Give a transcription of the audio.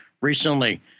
recently